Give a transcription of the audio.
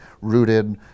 rooted